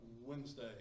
Wednesday